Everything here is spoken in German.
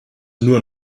nur